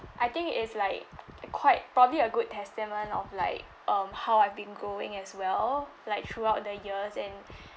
I think it's like quite probably a good testament of like um how I've been going as well like throughout the years and